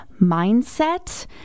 mindset